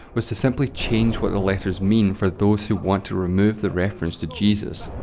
was to simply change what the letters mean for those who want to remove the reference to jesus.